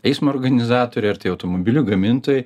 eismo organizatoriai ar tie automobilių gamintojai